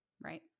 Right